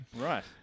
Right